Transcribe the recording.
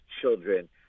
children